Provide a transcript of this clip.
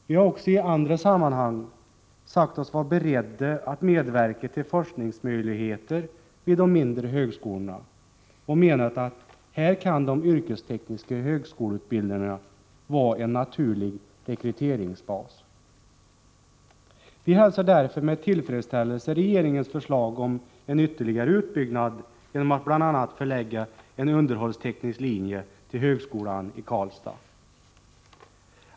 Vi har också i andra sammanhang sagt oss vara beredda att medverka till forskningsmöjligheter vid de mindre högskolorna och menat att här kan de yrkestekniska högskoleutbildningarna vara en naturlig rekryteringsbas. Vi hälsar därför med tillfredsställelse regeringens förslag om en ytterligare utbyggnad genom att bl.a. förlägga en underhållsteknisk linje till högskolan i Karlstad.